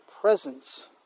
presence